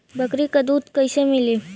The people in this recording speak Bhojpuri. बकरी क दूध कईसे मिली?